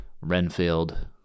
Renfield